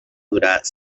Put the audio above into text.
durar